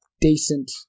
decent